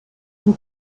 zum